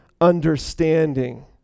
understanding